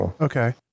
Okay